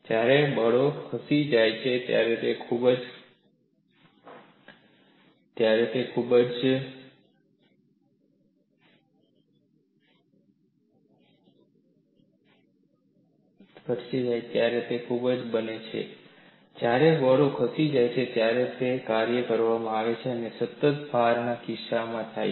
જ્યારે બળો ખસી જાય છે ત્યારે જ કાર્ય કરવામાં આવે છે તે જ સતત ભારણના કિસ્સામાં થાય છે